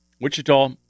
Wichita